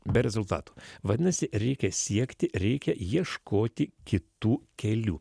be rezultatų vadinasi reikia siekti reikia ieškoti kitų kelių